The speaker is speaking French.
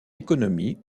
économie